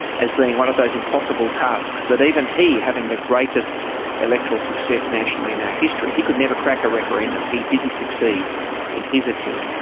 as being one of those impossible tasks that even he, having the greatest electoral success nationally in our history, he could never crack a referendum, he didn't succeed in his attempt.